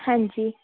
ਹਾਂਜੀ